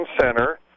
Center